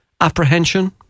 apprehension